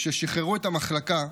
כששחררו את המחלקה,